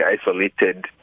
isolated